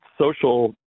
Social